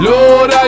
Lord